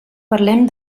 parlem